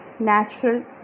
natural